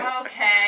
okay